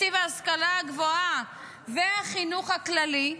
מתקציב ההשכלה הגבוהה והחינוך הכללי,